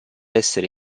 essere